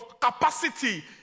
capacity